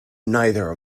neither